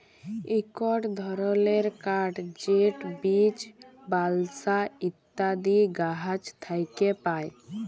ইকট ধরলের কাঠ যেট বীচ, বালসা ইত্যাদি গাহাচ থ্যাকে পায়